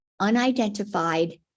unidentified